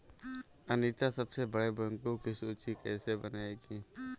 अनीता सबसे बड़े बैंकों की सूची कैसे बनायेगी?